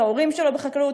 ההורים שלו בחקלאות,